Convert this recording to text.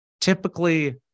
typically